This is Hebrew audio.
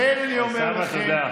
לכן אני אומר לכם, אוסאמה, תודה.